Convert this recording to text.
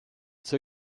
zur